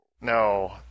No